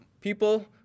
People